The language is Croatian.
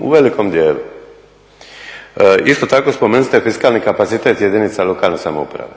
u velikom dijelu. Isto tako spomenuli ste fiskalni kapacitet jedinice lokalne samouprave.